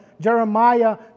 Jeremiah